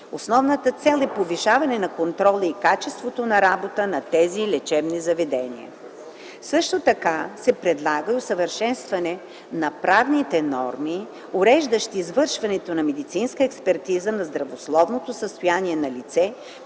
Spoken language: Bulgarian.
Основната цел е повишаване на контрола и качеството на работа на тези лечебни заведения. Също така се предлага и усъвършенстване на правните норми, уреждащи извършването на медицинска експертиза на здравословното състояние на лице,